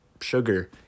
sugar